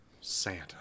Santa